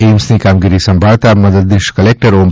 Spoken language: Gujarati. એઇમ્સની કામગીરી સંભાળતા મદદનીશ કલેક્ટર ઓમ